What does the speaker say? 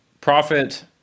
profit